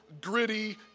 gritty